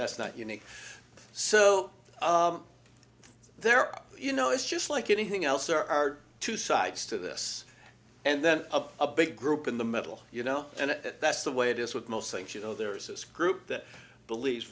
that's not unique so there are you know it's just like anything else there are two sides to this and then a big group in the middle you know and that's the way it is with most things you know there is this group that believe